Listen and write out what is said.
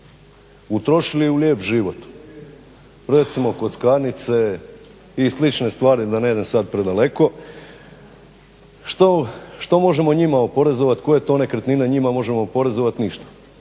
utrošili u lijep život? Recimo kockarnice i slične stvari da ne idem sad predaleko. Što možemo njima oporezovati, koje to nekretnine njima možemo oporezovati? Ništa.